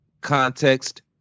context